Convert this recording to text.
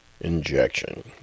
injection